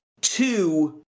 two